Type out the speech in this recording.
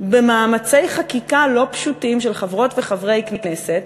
במאמצי חקיקה לא פשוטים של חברות וחברי כנסת,